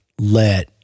let